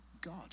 God